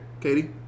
Katie